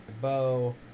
bow